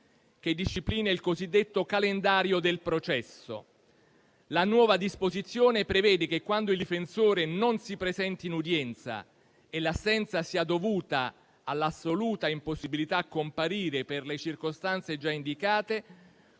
che disciplina il cosiddetto calendario del processo. La nuova disposizione prevede che quando il difensore non si presenti in udienza e l'assenza sia dovuta all'assoluta impossibilità a comparire per le circostanze già indicate,